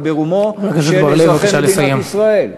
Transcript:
אבל ברומם של אזרחי מדינת ישראל.